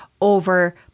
over